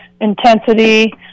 intensity